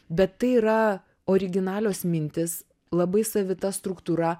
bet tai yra originalios mintys labai savita struktūra